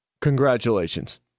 Congratulations